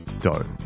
dough